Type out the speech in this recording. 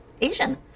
Asian